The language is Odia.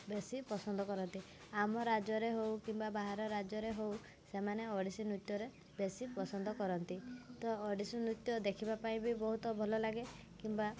ବେଶୀ ପସନ୍ଦ କରନ୍ତି ଆମ ରାଜ୍ୟରେ ହଉ କିମ୍ବା ବାହାର ରାଜ୍ୟରେ ହଉ ସେମାନେ ଓଡ଼ିଶୀ ନୃତ୍ୟରେ ବେଶୀ ପସନ୍ଦ କରନ୍ତି ତ ଓଡ଼ିଶୀ ନୃତ୍ୟ ଦେଖିବା ପାଇଁ ବି ବହୁତ ଭଲ ଲାଗେ କିମ୍ବା